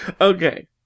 okay